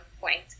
point